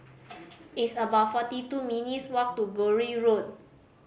it's about forty two minutes' walk to Bury Road